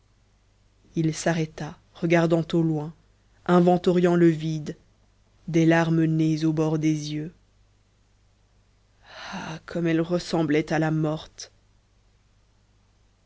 il s'arrêta regardant au loin inventoriant le vide des larmes nées au bord des yeux ah comme elle ressemblait à la morte